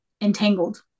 entangled